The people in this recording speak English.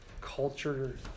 culture